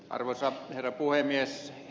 arvoisa herra puhemies